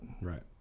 Right